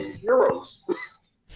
heroes